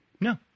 No